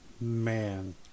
Man